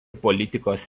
politikos